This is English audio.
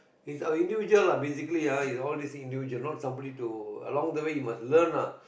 it's a individual lah basically all this individual you know somebody to along the way you must learn lah